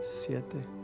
Siete